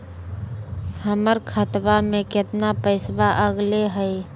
हमर खतवा में कितना पैसवा अगले हई?